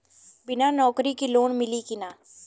बिना नौकरी के लोन मिली कि ना?